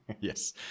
Yes